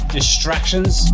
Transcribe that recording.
Distractions